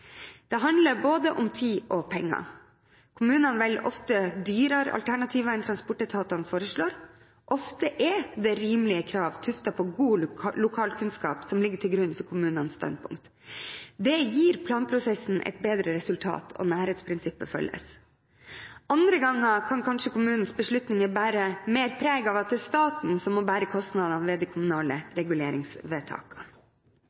Det handler både om tid og om penger. Kommunene velger ofte dyrere alternativer enn transportetatene forslår. Ofte er det rimelige krav tuftet på god lokalkunnskap som ligger til grunn for kommunenes standpunkt. Det gir planprosessen et bedre resultat, og nærhetsprinsippet følges. Andre ganger kan kanskje kommunens beslutninger bære mer preg av at det er staten som må bære kostnadene ved de